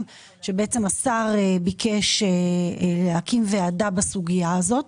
שבעצם השר ביקש להקים ועדה בסוגייה הזאת.